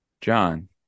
John